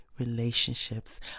relationships